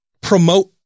promote